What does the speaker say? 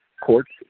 courts